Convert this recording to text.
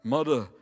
Mother